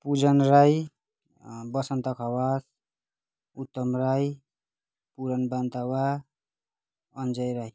Pujan Rai Basanta Khawas Uttam Rai Puran Bantawa Anjay Rai